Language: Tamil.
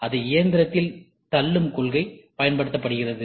அதை இயந்திரத்தில் தள்ளும் கொள்கை பயன்படுத்தப்படுகிறது